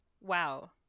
Wow